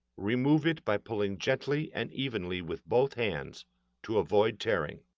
remove it by pulling gently and evenly with both hands to avoid tearing.